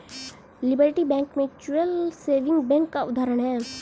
liberty bank mutual saving bank का उदाहरण है